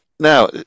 Now